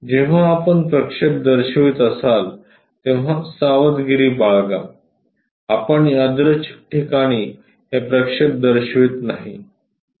जेव्हा आपण प्रक्षेप दर्शवित असाल तेव्हा सावधगिरी बाळगा आपण यादृच्छिक ठिकाणी हे प्रक्षेप दर्शवित नाहीत